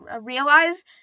realize